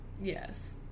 yes